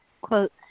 quote